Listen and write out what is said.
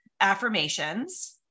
affirmations